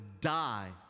die